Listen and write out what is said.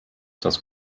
das